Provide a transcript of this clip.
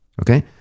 Okay